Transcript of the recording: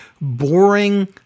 boring